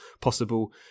possible